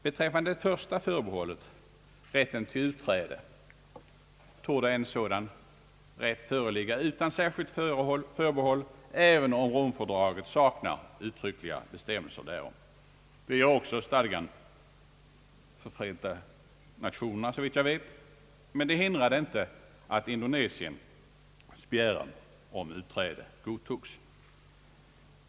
Beträffande det första förbehållet, rätten till utträde, torde en sådan rätt föreligga utan särskilt förbehåll, även om Rom-fördraget saknar uttryckliga bestämmelser därom. Det gör också stadgan för Förenta Nationerna, såvitt jag vet, men det hindrade inte att Indonesiens begäran om utträde godtogs.